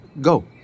Go